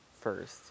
first